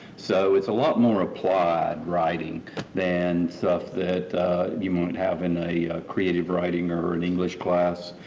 so, it's a lot more applied writing than stuff that you might have in a creative writing or an english class.